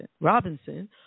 Robinson